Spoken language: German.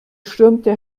stürmte